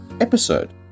episode